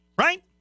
Right